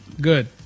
Good